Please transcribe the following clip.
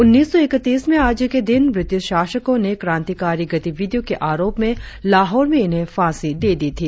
उन्नीस सौ इकतीस में आज ही के दिन ब्रिटिश शासकों ने क्रांतिकारी गतिविधियों के आरोप में लाहौर में इन्हें फांसी दे दी थी